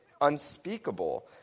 unspeakable